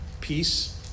peace